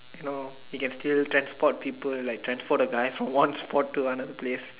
ya lor he can still transport people like transport a guy from one spot to another place